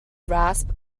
rasp